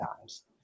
times